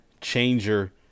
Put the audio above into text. changer